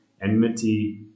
enmity